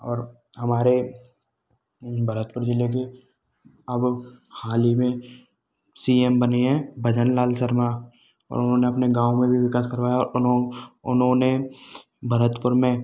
और हमारे भरतपुर ज़िले के अब हाल ही में सी एम बने हैं भजनलाल शर्मा और उन्होंने अपने गाँव में भी विकास करवाया है और उनों उन्होंने भरतपुर में